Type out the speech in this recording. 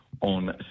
on